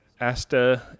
Asta